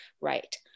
right